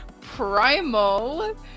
Primal